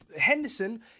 Henderson